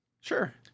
sure